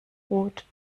brot